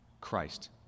Christ